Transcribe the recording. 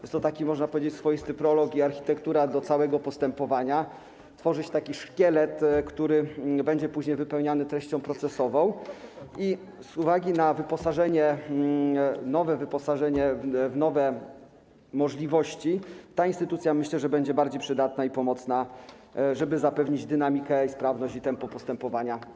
Jest to taki, można powiedzieć, swoisty prolog i architektura do całego postępowania, tworzy się taki szkielet, który będzie później wypełniany treścią procesową i z uwagi na nowe wyposażenie, w nowe możliwości, ta instytucja, myślę, że będzie bardziej przydatna i pomocna, żeby zapewnić odpowiednią dynamikę, sprawność i tempo postępowania